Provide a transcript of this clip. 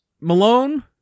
Malone